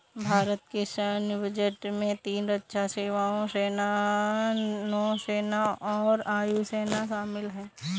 भारत के सैन्य बजट में तीन रक्षा सेवाओं, सेना, नौसेना और वायु सेना शामिल है